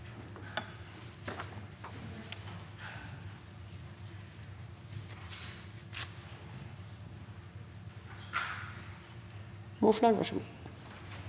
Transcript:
Hvorfor er det